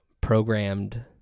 programmed